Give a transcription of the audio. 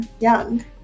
young